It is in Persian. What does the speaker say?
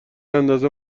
اندازه